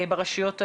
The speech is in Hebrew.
ברשויות המקומיות.